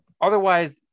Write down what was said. otherwise